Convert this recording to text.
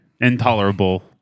Intolerable